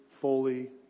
fully